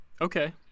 Okay